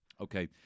Okay